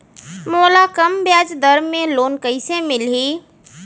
मोला कम ब्याजदर में लोन कइसे मिलही?